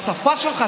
בשפה שלך,